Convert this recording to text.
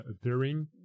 appearing